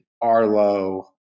Arlo